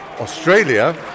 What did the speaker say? Australia